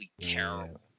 terrible